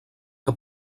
que